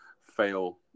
fail